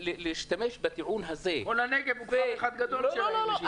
כל הנגב הוא כפר אחד גדול שלהם.